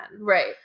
Right